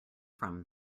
from